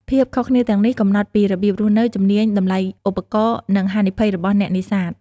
ភាពខុសគ្នាទាំងនេះកំណត់ពីរបៀបរស់នៅ ជំនាញ តម្លៃឧបករណ៍ និងហានិភ័យរបស់អ្នកនេសាទ។